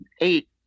eight